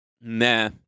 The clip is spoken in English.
Nah